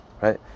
right